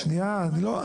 שנייה, לא.